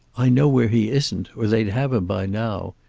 i know where he isn't, or they'd have him by now.